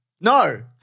No